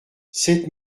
sept